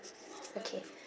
okay